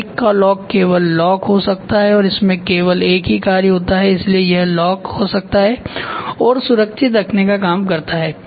bike का lock केवल lock हो सकता है और इसमें केवल एक ही कार्य होता है इसलिए यह लॉक हो सकता है और सुरक्षित रखने का काम करता है